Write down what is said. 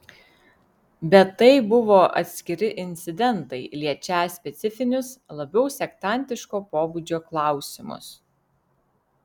bet tai buvo atskiri incidentai liečią specifinius labiau sektantiško pobūdžio klausimus